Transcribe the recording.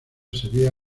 sería